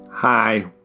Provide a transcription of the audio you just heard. Hi